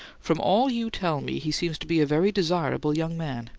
from all you tell me, he seems to be a very desirable young man,